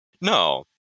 no